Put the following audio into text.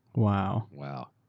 wow. wow.